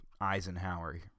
Eisenhower